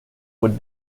would